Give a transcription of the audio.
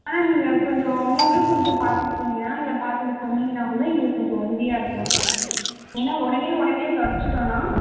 ஆனால் நீங்கள் கொஞ்சம் நீங்களும் கொஞ்சம் பார்த்துருக்கிங்க இல்லை பார்த்துட்டு சொன்னிங்கன்னால் கூட எங்களுக்கும் கொஞ்சம் உதவியா இருக்கும் ஏன்னா உடனே உடனே தொடச்சுட்டோன்னா